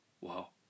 Wow